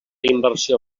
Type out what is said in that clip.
inversió